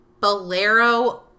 bolero